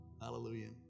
Hallelujah